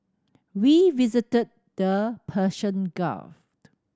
we visited the Persian Gulf